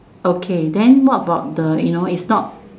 okay then what about the you know it's not